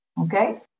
okay